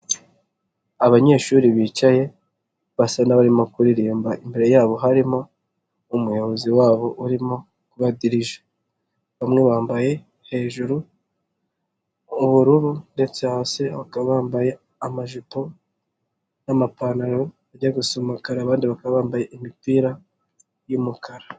Abanyeshuri bicaye basa n'abarimo kuririmba, imbere yabo harimo umuyobozi wabo urimo kubadirija, bamwe bambaye hejuru ubururu ndetse hasi bakaba bambaye amajipo n'amapantaro bijya gusa umukara abandi bambaye imipira y'umukara.